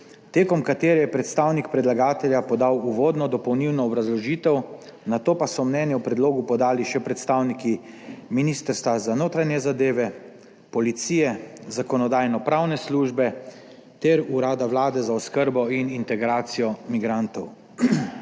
tekom katere je predstavnik predlagatelja podal uvodno dopolnilno obrazložitev, nato pa so mnenje o predlogu podali še predstavniki Ministrstva za notranje zadeve, policije, Zakonodajno-pravne službe ter Urada Vlade za oskrbo in integracijo migrantov.